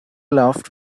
laughed